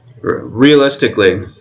realistically